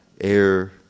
air